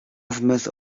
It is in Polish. zmysł